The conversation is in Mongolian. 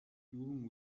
дүүрэн